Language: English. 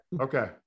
Okay